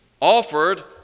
offered